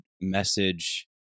message